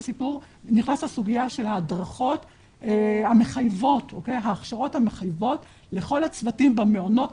הסוגיה של ההכשרות המחייבות לכל הצוותים במעונות,